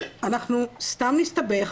אנחנו סתם נסתבך,